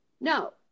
No